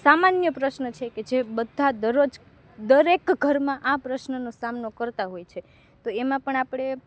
સામાન્ય પ્રશ્ન છે કે જે બધા જ દરરોજ દરેક ઘરમાં આ પ્રશ્નનો સામનો કરતાં હોય છે તો એમાં પણ આપણે